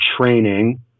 training